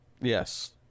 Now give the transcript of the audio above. Yes